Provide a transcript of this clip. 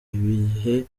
ibihe